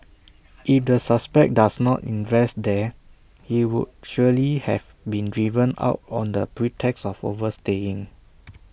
if the suspect does not invest there he would surely have been driven out on the pretext of overstaying